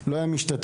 לא היה משתתף,